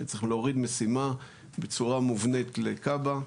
שצריך להוריד משימה בצורה מובנת לכב"ה.